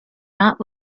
not